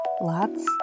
lots